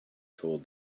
told